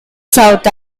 south